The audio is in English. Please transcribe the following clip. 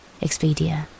Expedia